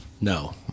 No